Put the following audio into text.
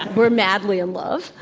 we're madly in love,